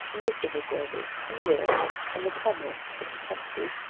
and the civil service, and the railways, and the commerce of the country,